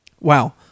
Wow